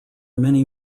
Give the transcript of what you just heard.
many